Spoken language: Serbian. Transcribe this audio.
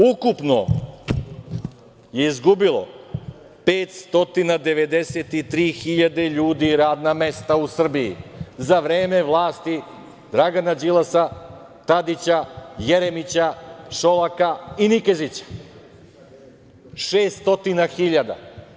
Ukupno je izgubilo 593.000 radna mesta u Srbiji za vreme vlasti Dragana Đilasa, Tadića, Jeremića, Šolaka i Nikezića, 600.000.